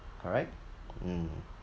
correct mm